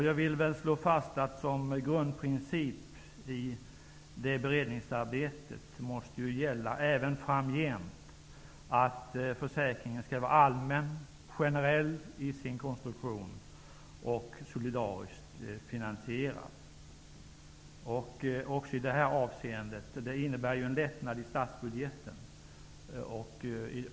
Jag vill slå fast att som grundläggande princip i det beredningsarbetet även framgent måste gälla att försäkringen skall vara allmän, generell i sin konstruktion och solidariskt finansierad. Det innebär en lättnad i statsbudgeten.